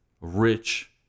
rich